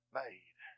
made